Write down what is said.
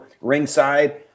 ringside